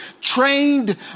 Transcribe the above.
trained